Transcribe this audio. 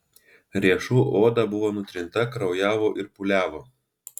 riešų oda buvo nutrinta kraujavo ir pūliavo